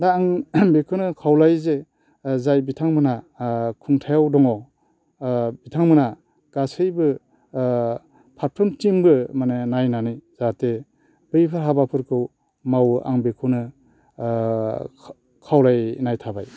दा आं बेखौनो खावलायो जे जाय बिथांमोनहा खुंथाइयाव दङ बिथांमोना गासैबो फारफ्रोमथिंबो माने नायनानै जाहाथे बैफोर हाबाफोरखौ मावो आं बेखौनो खावलायनाय थाबाय